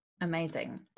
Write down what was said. Amazing